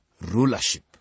rulership